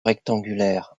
rectangulaire